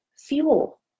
fuel